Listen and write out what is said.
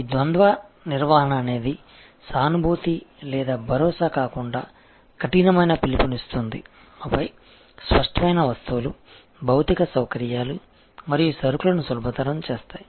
ఈ ద్వంద్వ నిర్వహణ అనేది సానుభూతి లేదా భరోసా కాకుండా కఠినమైన పిలుపునిస్తుంది ఆపై స్పష్టమైన వస్తువులు భౌతిక సౌకర్యాలు మరియు సరుకులను సులభతరం చేస్తాయి